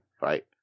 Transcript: Right